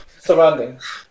surroundings